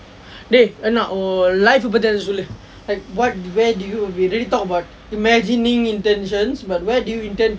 dey என்ன உன்:enna un life பற்றி சொல்லு:parri sollu like what where do you okay talk about imagining intentions but where do you intend